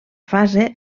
fase